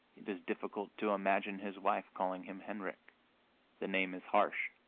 it is difficult to imagine his wife calling him henrik the name is harsh,